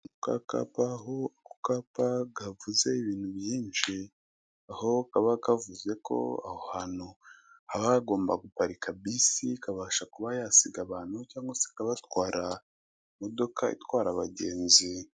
Akapa aho ako kapa kavuze ibintu byinshi, aho kaba kavuzeko aho hantu haba hagomba guparika bisi ikabasha kuba yasiga abantu, cyangwa se ikabatwara, imodoka itwara abagenzi.